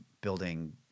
building